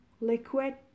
liquid